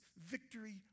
victory